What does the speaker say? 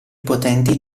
potenti